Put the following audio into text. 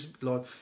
Lord